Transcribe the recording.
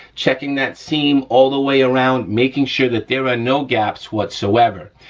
checking that seam all the way around, making sure that there are no gaps whatsoever.